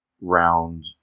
round